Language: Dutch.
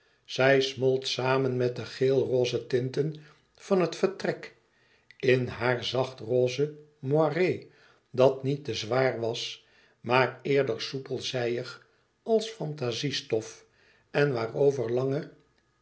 zij smolt samen met de geelroze tinten van het vertrek in haar zacht roze moiré dat niet te zwaar was maar eerder soupel zijïg als fantaziestof en waarover lange